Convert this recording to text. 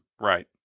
Right